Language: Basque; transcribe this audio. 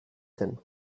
zen